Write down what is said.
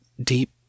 deep